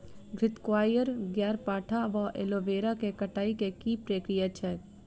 घृतक्वाइर, ग्यारपाठा वा एलोवेरा केँ कटाई केँ की प्रक्रिया छैक?